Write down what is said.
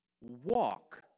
walk